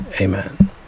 Amen